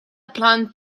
plant